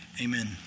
amen